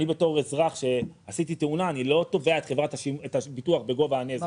בתור אזרח שעשיתי תאונה אני לא תובע את הביטוח בגובה הנזק,